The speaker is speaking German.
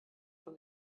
von